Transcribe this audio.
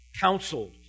counseled